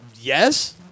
Yes